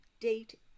date